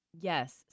Yes